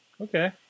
Okay